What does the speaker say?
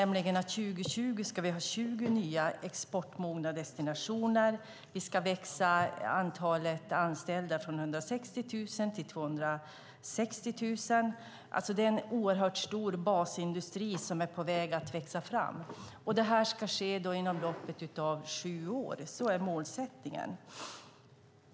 Målet är att vi 2020 ska ha 20 nya exportmogna destinationer samt ha ökat antalet anställda från 160 000 till 260 000. Det är en oerhört stor basindustri som är på väg att växa fram, och det ska alltså ske inom loppet av sju år. Det är målsättningen.